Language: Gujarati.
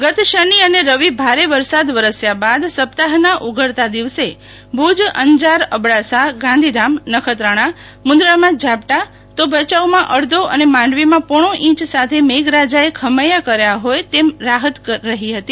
ગત શાની અને રવી ભારે વરસાદ વરસ્ય બાદ સપ્તાહના ઉઘડતા દિવસે ભુજ અંજાર અબડાસા ગાંધીધામ નખત્રાણા મુન્દ્રામાં ઝાપટા તો ભચાઉમાં અડધો અને માંડવીમાં પોણો ઇંચ સાથે મેઘરાજા એ ખમૈયા કાર્ય હોય તેમ રાહત રહી હતી